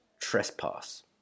trespass